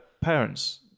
parents